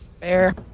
fair